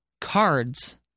Cards